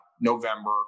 November